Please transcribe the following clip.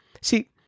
see